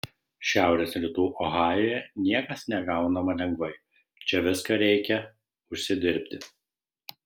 šiaurės rytų ohajuje niekas negaunama lengvai čia viską reikia užsidirbti